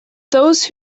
those